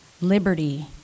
liberty